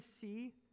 see